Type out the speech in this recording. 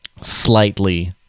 slightly